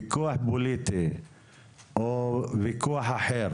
או וויכוח אחר